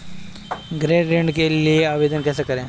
गृह ऋण के लिए आवेदन कैसे करें?